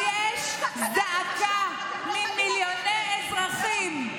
יש זעקה ממיליוני אזרחים,